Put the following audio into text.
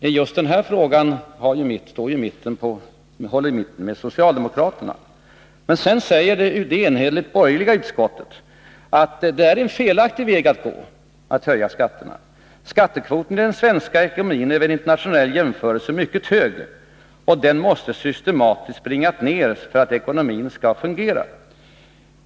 I just den frågan håller mitten med socialdemokraterna. Men sedan säger det borgerliga utskottet enhälligt att en höjning av skatterna är en felaktig väg att gå — skattekvoten i den svenska ekonomin är vid en internationell jämförelse mycket hög och måste systematiskt bringas ner för att ekonomin skall fungera.